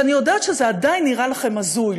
ואני יודעת שזה עדיין נראה לכם הזוי,